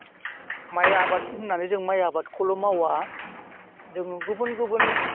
माइ आबाद होननानै जों माइ आबादखौल' मावा जोङो गुबुन गुबुन